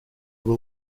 will